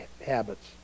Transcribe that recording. habits